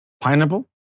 Pineapple